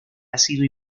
ácido